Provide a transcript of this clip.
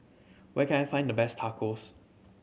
where can I find the best Tacos